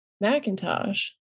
Macintosh